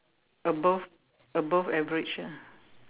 above above average ah